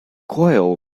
coyle